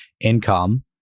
income